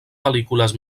pel·lícules